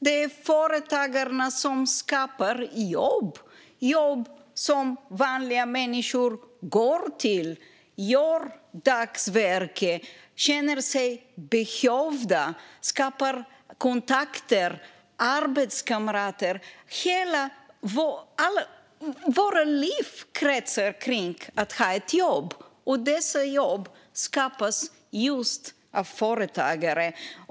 Det är företagarna som skapar jobb - jobb som vanliga människor går till. Där gör de ett dagsverke, känner sig behövda, skapar kontakter och får arbetskamrater. Hela våra liv kretsar kring att ha ett jobb, och dessa jobb skapas just av företagare.